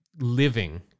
living